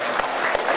והקליטה.